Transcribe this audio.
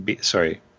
Sorry